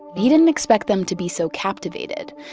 he didn't expect them to be so captivated.